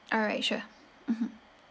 alright sure mmhmm